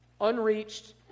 Unreached